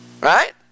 Right